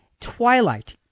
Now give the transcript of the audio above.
twilight